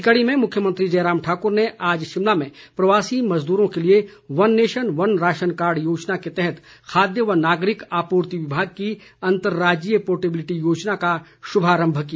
इसी कड़ी में मुख्यमंत्री जयराम ठाकुर ने आज शिमला में प्रवासी मजदूरों के लिए वन नेशन वन राशनकार्ड योजना के तहत खाद्य व नागरिक आपूर्ति विभाग की अंतरराज्जीय पोर्टेबिलिटी योजना का शुभारम्भ किया